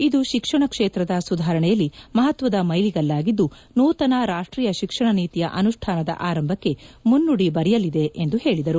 ಇದು ಶಿಕ್ಷಣ ಕ್ಷೇತ್ರದ ಸುಧಾರಣೆಯಲ್ಲಿ ಮಹತ್ವದ ಮೈಲಿಗಲ್ಲಾಗಲಿದ್ದು ನೂತನ ರಾಷ್ಟೀಯ ಶಿಕ್ಷಣ ನೀತಿಯ ಅನುಷ್ಠಾನದ ಅರಂಭಕ್ಕೆ ಮುನ್ನುದಿ ಬರೆಯಲಿದೆ ಎಂದು ಹೇಳಿದರು